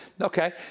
Okay